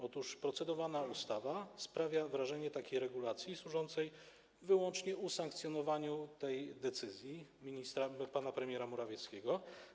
Otóż procedowana ustawa sprawia wrażenie takiej regulacji służącej wyłącznie usankcjonowaniu tej decyzji pana premiera Morawieckiego.